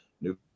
new